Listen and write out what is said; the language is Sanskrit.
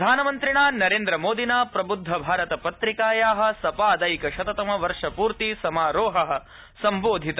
प्रधानमन्त्रिणा नरेन्द्रमोदिना प्रबुद्ध भारत पत्रिकाया सपादैकशततम वर्षपूर्ति समारोह सम्बोधित